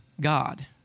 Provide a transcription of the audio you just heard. God